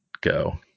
go